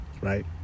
Right